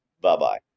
Bye-bye